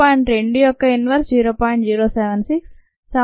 2 యొక్క ఇన్వర్స్ 0